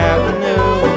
Avenue